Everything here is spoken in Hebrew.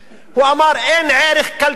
הוא אמר, אין ערך כלכלי,